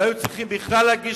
לא היו צריכים בכלל להגיש